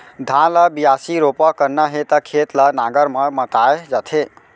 धान ल बियासी, रोपा करना हे त खेत ल नांगर म मताए जाथे